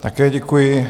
Také děkuji.